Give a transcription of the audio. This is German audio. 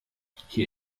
hier